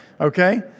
Okay